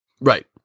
Right